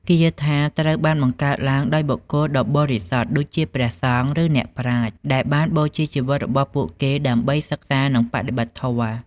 គាថាត្រូវបានបង្កើតឡើងដោយបុគ្គលដ៏បរិសុទ្ធដូចជាព្រះសង្ឃ ឬអ្នកប្រាជ្ញ ដែលបានបូជាជីវិតរបស់ពួកគេដើម្បីសិក្សានិងបដិបត្តិធម៌។